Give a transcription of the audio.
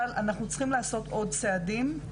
אבל אנחנו צריכים לעשות עוד צעדים.